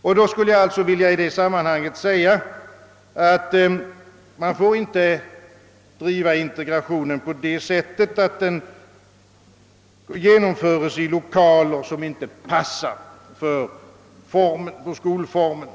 Jag skulle i detta sammanhang vilja säga, att man inte får driva integrationen på det sättet att undervisningen ges i lokaler som inte passar för skolformen.